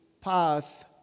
Path